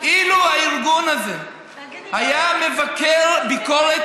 אילו הארגון הזה היה מבקר ביקורת